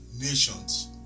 nations